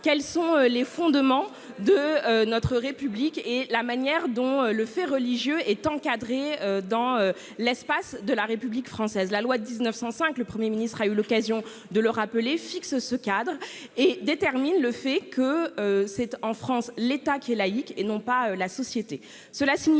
quels sont les fondements de notre République et la manière dont le fait religieux est encadré dans l'espace de la République française. La loi de 1905, le Premier ministre l'a rappelé, fixe ce cadre et détermine le fait que, en France, c'est l'État qui est laïque et non pas la société.